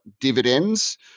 dividends